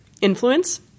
influence